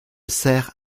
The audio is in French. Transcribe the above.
sert